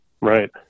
Right